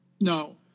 No